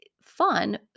fun